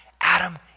Adam